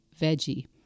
veggie